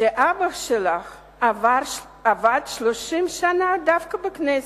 שאבא שלה עבד 30 שנה דווקא בכנסת,